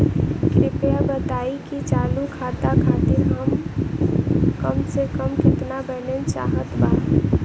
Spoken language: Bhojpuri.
कृपया बताई कि चालू खाता खातिर कम से कम केतना बैलैंस चाहत बा